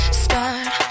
start